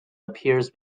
appears